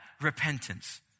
repentance